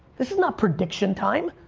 this is not prediction time,